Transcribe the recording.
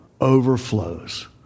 overflows